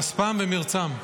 כספם ומרצם.